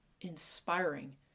inspiring